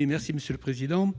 Monsieur le Président